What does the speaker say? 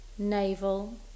navel